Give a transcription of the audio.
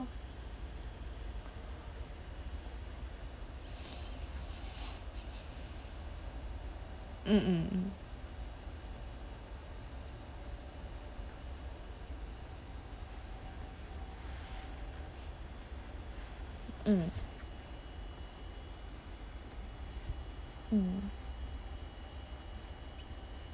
mm mm mm mm mm